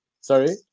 Sorry